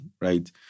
right